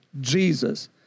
Jesus